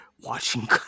watching